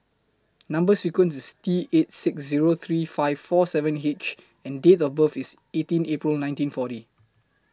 Number sequence IS T eight six Zero three five four seven H and Date of birth IS eighteen April nineteen forty